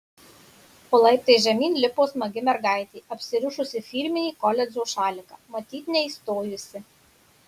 o laiptais žemyn lipo smagi mergaitė apsirišusi firminį koledžo šaliką matyt neįstojusi